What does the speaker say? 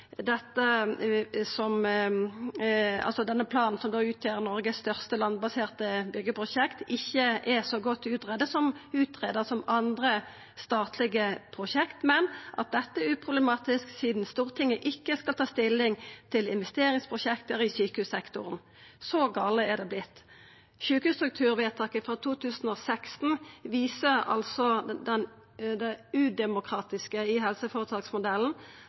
dette er uproblematisk, sidan Stortinget ikkje skal ta stilling til investeringsprosjekt i sjukehussektoren. Så gale har det vorte. Sjukehusstrukturvedtaket frå 2016 viser altså det udemokratiske i helseføretaksmodellen